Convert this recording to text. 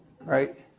right